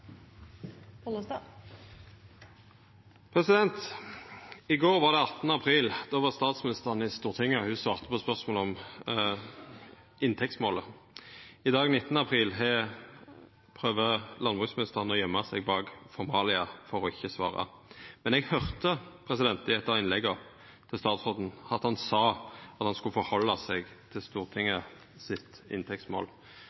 forhandle. I går var det 18. april. Då var statsministeren i Stortinget, og ho svarte på spørsmål om inntektsmålet. I dag, 19. april, prøver landbruksministeren å gøyma seg bak formalia for ikkje å svara. Men eg høyrde i eit av innlegga til statsråden at han sa han skulle halda seg til